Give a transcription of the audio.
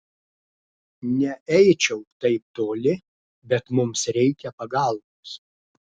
neeičiau taip toli bet mums reikia pagalbos